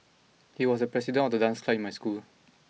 he was the president of the dance club in my school